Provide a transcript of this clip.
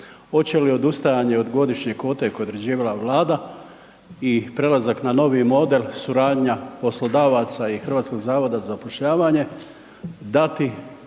Hoće li odustajanje od godišnje kvote koju je određivala Vlada i prelazak na novi model suradnja poslodavaca i HZZ dati realniju